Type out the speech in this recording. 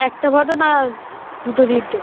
একটা ফটো না দুটো তিনটে